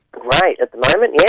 great at the moment, yeah